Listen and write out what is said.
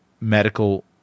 medical